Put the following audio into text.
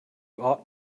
ought